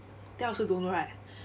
then I also don't know right